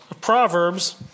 Proverbs